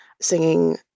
singing